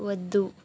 వద్దు